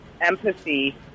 empathy